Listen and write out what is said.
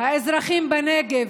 האזרחים בנגב,